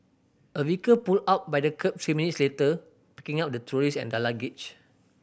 a vehicle pulled up by the kerb three minutes later picking up the tourist and their luggage